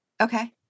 Okay